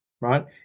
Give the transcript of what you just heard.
right